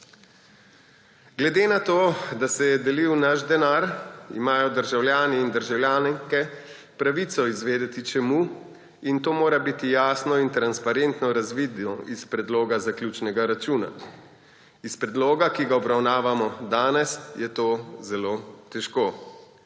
Glede na to, da se je delil naš denar, imajo državljani in državljanke pravico izvedeti, čemu, in to mora biti jasno in transparentno razvidno iz predloga zaključnega računa. Iz predloga, ki ga obravnavamo danes, je to zelo težko.